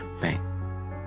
bang